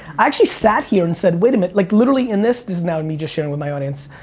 actually sat here and said, wait a minute. like literally in this, this now me just sharing with my audience.